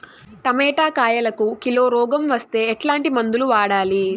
Tomato కాయలకు kilo రోగం వస్తే ఎట్లాంటి మందులు వాడాలి?